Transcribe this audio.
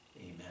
Amen